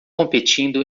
competindo